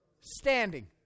standing